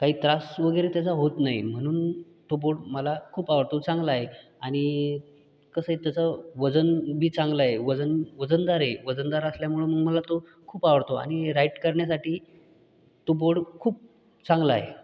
काही त्रास वगैरे तसा होत नाही म्हणून तो बोर्ड मला खूप आवडतो चांगला आहे आणि कसं आहे त्याचं वजन बी चांगलं आहे वजन वजनदार आहे वजनदार असल्यामुळं मग मला तो खूप आवडतो आणि राईट करण्यासाठी तो बोर्ड खूप चांगला आहे